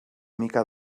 mica